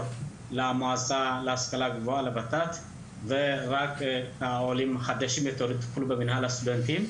למועצה להשכלה גבוהה ורק עולים חדשים ממש יטופלו במינהל הסטודנטים.